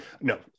no